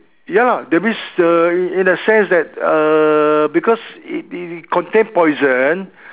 ya that means the in the sense that err because it it contain poison